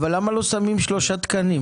למה לא שמים שלושה תקנים?